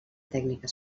tècnica